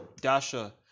Dasha